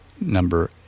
number